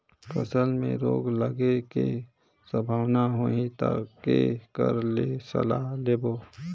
फसल मे रोग लगे के संभावना होही ता के कर ले सलाह लेबो?